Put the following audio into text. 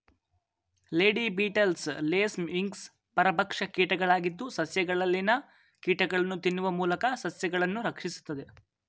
lady beetles, lace wings ಪರಭಕ್ಷ ಕೀಟಗಳಾಗಿದ್ದು, ಸಸ್ಯಗಳಲ್ಲಿನ ಕೀಟಗಳನ್ನು ತಿನ್ನುವ ಮೂಲಕ ಸಸ್ಯಗಳನ್ನು ರಕ್ಷಿಸುತ್ತದೆ